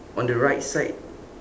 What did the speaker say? on the right side